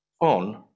on